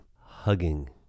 Hugging